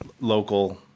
local